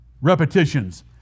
repetitions